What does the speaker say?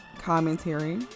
commentary